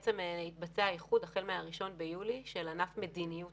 התבצע איחוד החל מ-1 ביולי של ענף מדיניות